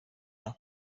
and